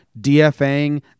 DFAing